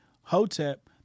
HOTEP